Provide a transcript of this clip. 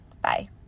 Bye